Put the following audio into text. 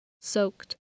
soaked